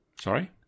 sorry